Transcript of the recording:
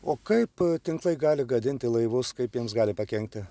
o kaip tinklai gali gadinti laivus kaip jiems gali pakenkti